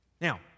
Now